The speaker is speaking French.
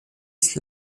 dix